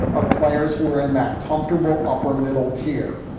our players who were in that comfortable upper middle tier,